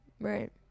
right